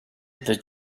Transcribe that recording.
the